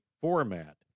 format